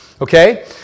Okay